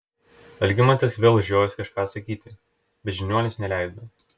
algimantas vėl žiojosi kažką sakyti bet žiniuonis neleido